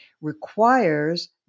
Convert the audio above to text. requires